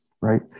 Right